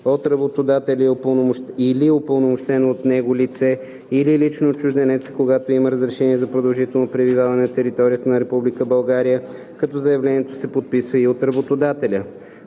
от работодателя или упълномощено от него лице или лично от чужденеца, когато има разрешение за продължително пребиваване на територията на Република България, като заявлението се подписва и от работодателя.